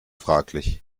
fraglich